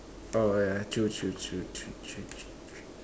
oh yeah true true true true true true true